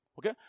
Okay